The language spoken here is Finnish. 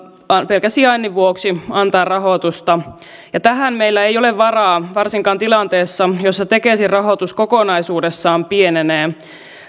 pelkän sijainnin vuoksi antaa rahoitusta tähän meillä ei ole varaa varsinkaan tilanteessa jossa tekesin rahoitus kokonaisuudessaan pienenee